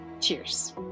Cheers